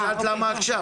שאלת למה עכשיו.